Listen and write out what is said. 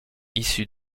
issu